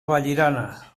vallirana